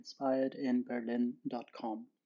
inspiredinberlin.com